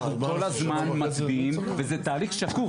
אנחנו כל הזמן מצביעים וזה תהליך שקוף.